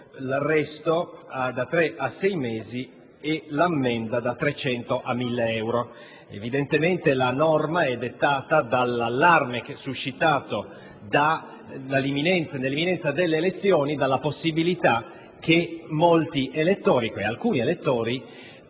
l'arresto da tre a sei mesi e l'ammenda da 300 a 1.000 euro. Evidentemente la norma è dettata dall'allarme suscitato nell'imminenza delle elezioni, dalla possibilità che alcuni elettori